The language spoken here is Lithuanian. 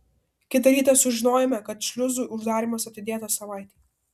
kitą rytą sužinojome kad šliuzų uždarymas atidėtas savaitei